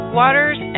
waters